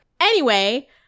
anyway-